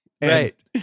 Right